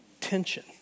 tension